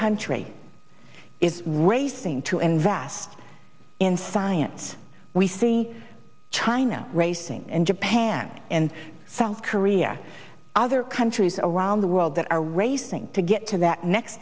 country is racing to invest in science we see china racing and japan and south korea other countries around the world that are racing to get to that next